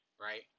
right